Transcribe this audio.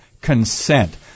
consent